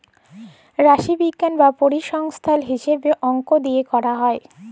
রাশিবিজ্ঞাল বা পরিসংখ্যাল হিছাবে অংক দিয়ে ক্যরা হ্যয়